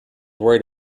worried